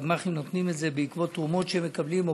הגמ"חים נותנים את זה בעקבות תרומות שהם מקבלים,